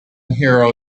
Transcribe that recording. hero